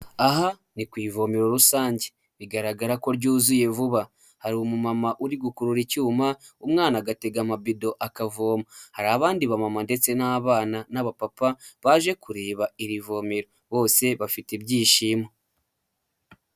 Aha ni ku ivomero rusange, bigaragara ko ryuzuye vuba, hari umumama uri gukurura icyuma umwana agatega amabido akavoma, hari abandi bamama ndetse n'abana n'abapapa baje kureba iri vomero bose bafite ibyishimo.